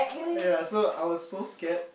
ya so I was so scared